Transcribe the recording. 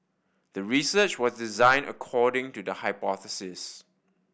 the research was designed according to the hypothesis